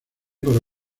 por